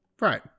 Right